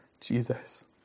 Jesus